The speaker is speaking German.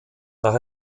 nach